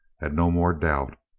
had no more doubt.